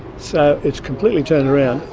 so it's completely turned around,